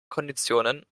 konditionen